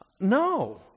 no